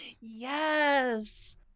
Yes